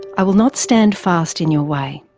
i will not stand fast in your way,